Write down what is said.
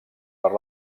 per